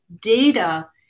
data